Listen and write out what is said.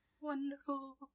Wonderful